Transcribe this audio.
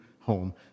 home